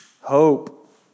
Hope